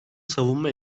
savunma